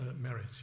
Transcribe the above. merit